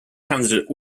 candidate